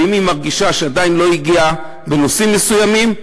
ואם היא מרגישה שעדיין לא הגיעה העת בנושאים מסוימים,